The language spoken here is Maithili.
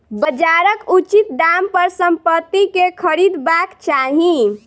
बजारक उचित दाम पर संपत्ति के खरीदबाक चाही